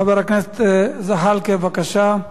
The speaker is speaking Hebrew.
חבר הכנסת זחאלקה, בבקשה.